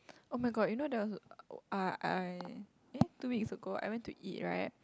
oh-my-god you know there was uh I eh two weeks ago I went to eat right